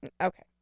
Okay